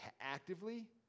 actively